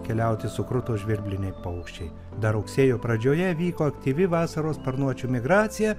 keliauti sukruto žvirbliniai paukščiai dar rugsėjo pradžioje vyko aktyvi vasaros sparnuočių migracija